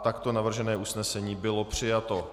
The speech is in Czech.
Takto navržené usnesení bylo přijato.